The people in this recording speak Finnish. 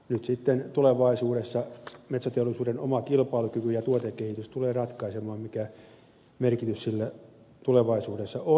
nyt sitten tulevaisuudessa metsäteollisuuden oma kilpailukyky ja tuotekehitys tulevat ratkaisemaan mikä merkitys sillä tulevaisuudessa on